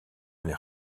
n’est